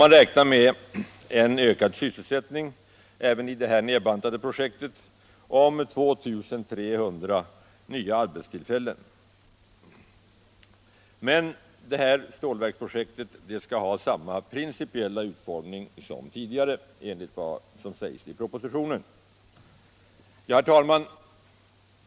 Man räknar med en ökad sysselsättning även i det här nedbantade projektet om 2 300 arbetstillfällen. Men det här stålverksprojektet skall ha samma principiella utformning som tidigare, enligt propositionen. Herr talman!